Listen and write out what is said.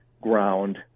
ground